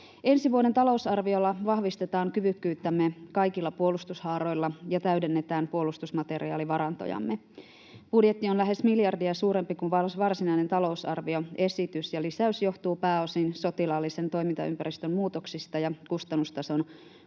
Ensi vuoden talousarviolla vahvistetaan kyvykkyyttämme kaikilla puolustushaaroilla ja täydennetään puolustusmateriaalivarantojamme. Budjetti on lähes miljardin suurempi kuin varsinainen talousarvioesitys, ja lisäys johtuu pääosin sotilaallisen toimintaympäristön muutoksista ja kustannustason muutoksista